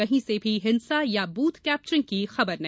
कहीं से भी हिंसा या ब्रथ कैप्चरिंग की खबर नहीं